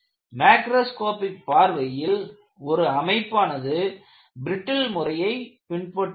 macroscopic பார்வையில் ஒரு அமைப்பானது பிரட்டில் முறையை பின்பற்றுகிறது